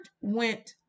went